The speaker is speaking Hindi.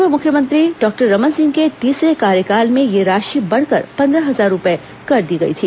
पूर्व मुख्यमंत्री डॉक्टर रमन सिंह के तीसरे कार्यकाल में यह राशि बढ़कर पन्द्रह हजार रुपए कर दी गई थी